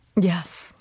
Yes